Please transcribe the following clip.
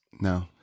No